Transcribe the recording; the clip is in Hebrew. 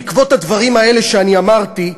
בעקבות הדברים האלה שאני אמרתי,